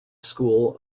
school